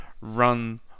run